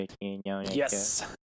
yes